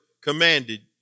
commanded